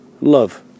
love